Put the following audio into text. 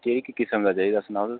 केह्ड़ी कीस्म दा चाहिदा सुनाओ तुस